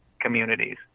communities